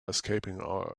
escaping